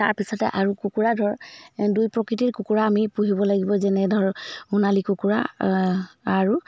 তাৰপিছতে আৰু কুকুৰা ধৰ দুই প্ৰকৃতিৰ কুকুৰা আমি পুহিব লাগিব যেনে ধৰক সোণালী কুকুৰা আৰু